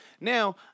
Now